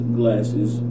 glasses